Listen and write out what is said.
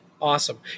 Awesome